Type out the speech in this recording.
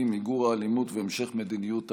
ובמיגור האלימות והמשך מדיניות ההריסה.